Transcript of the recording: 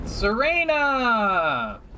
Serena